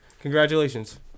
congratulations